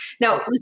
Now